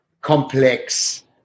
complex